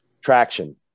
traction